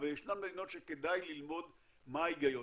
אבל ישנן מדינות שכדאי ללמוד מה ההיגיון,